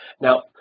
Now